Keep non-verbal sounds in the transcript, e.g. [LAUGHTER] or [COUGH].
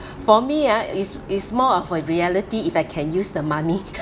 for me uh is is more of like reality if I can use the money [LAUGHS]